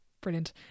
Brilliant